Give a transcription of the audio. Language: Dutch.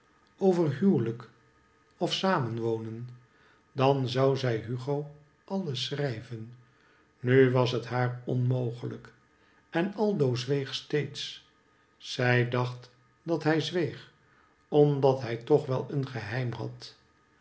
over huwelijk of samenwonen dan zou zij hugo alles schrijven nu was het haar onmogelijk en aldo zweeg steeds zij dacht dat hij zweeg omdat hij toch wel een geheim had